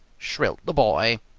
shrilled the boy.